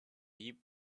deep